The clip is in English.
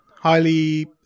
Highly